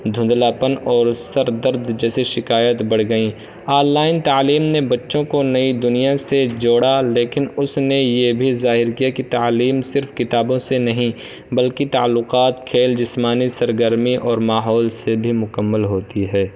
دھندلاپن اور سر درد جیسے شکایت بڑھ گئیں آن لائن تعلیم نے بچوں کو نئی دنیا سے جوڑا لیکن اس نے یہ بھی ظاہر کیا کہ تعلیم صرف کتابوں سے نہیں بلکہ تعلقات کھیل جسمانی سرگرمی اور ماحول سے بھی مکمل ہوتی ہے